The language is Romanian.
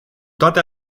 toate